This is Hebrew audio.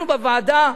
אנחנו בוועדה,